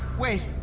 wait,